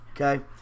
Okay